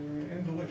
אין דורש.